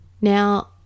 Now